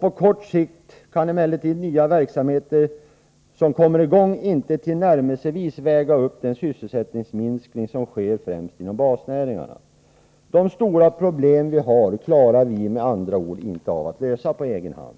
På kort sikt kan emellertid nya verksamheter som kommer i gång inte tillnärmelsevis väga upp den sysselsättningsminskning som sker främst inom basnäringarna. De stora problem vi har klarar vi med andra ord inte av att lösa på egen hand.